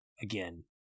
Again